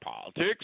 politics